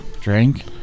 Drink